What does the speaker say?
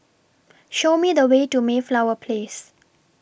Show Me The Way to Mayflower Place